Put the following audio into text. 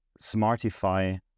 smartify